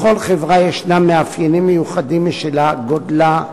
לכל חברה יש מאפיינים מיוחדים משלה, גודלה,